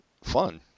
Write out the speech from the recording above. fun